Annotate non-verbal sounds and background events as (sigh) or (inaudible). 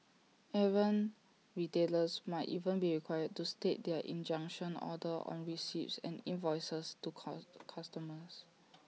errant retailers might even be required to state their injunction order on receipts and invoices to (noise) customers